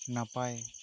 ᱱᱟᱯᱟᱭ